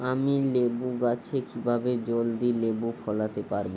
আমি লেবু গাছে কিভাবে জলদি লেবু ফলাতে পরাবো?